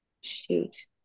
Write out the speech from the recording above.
Shoot